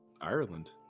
Ireland